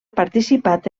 participat